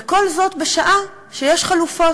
וכל זאת בשעה שיש חלופות,